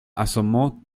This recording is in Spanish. asomó